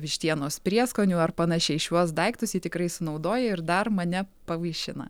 vištienos prieskonių ar panašiai šiuos daiktus ji tikrai sunaudoja ir dar mane pavaišina